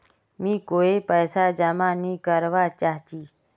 मी कोय पैसा जमा नि करवा चाहची